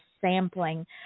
sampling